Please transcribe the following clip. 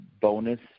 bonus